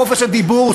חופש הדיבור,